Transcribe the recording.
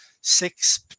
six